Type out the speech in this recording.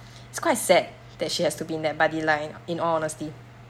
it's quite sad that she has O be in that buddy line in all honesty